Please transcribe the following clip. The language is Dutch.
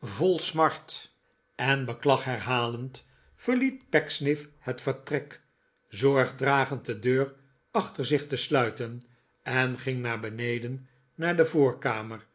vol smart en beklag herhalend verliet pecksniff het vertrek zorg dragend de deur achter zich te sluiten en ging naar beneden naar de voorkamer